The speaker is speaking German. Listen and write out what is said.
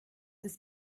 ist